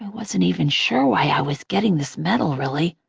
wasn't even sure why i was getting this medal, really.